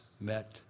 met